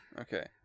okay